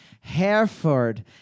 Hereford